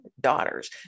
daughters